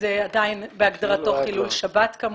וזה עדיין בהגדרתו חילול שבת כמובן,